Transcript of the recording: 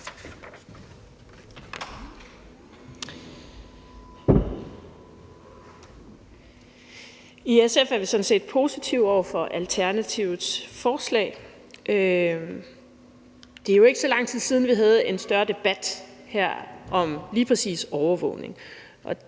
I SF er vi sådan set positive over for Alternativets forslag. Det er jo ikke så lang tid siden, vi havde en større debat her om lige præcis overvågning.